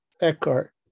eckhart